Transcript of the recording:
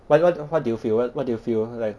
what what what do you feel what do you feel like